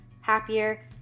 happier